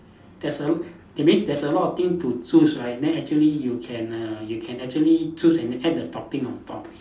there's a l~ that means there's a lot of thing to choose right then actually you can err you can actually choose and add the topping on top of it